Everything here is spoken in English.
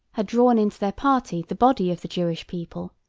had drawn into their party the body of the jewish people,